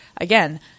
again